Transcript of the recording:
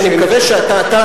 אני מקווה שאתה,